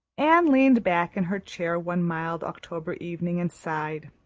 anne leaned back in her chair one mild october evening and sighed.